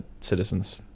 citizens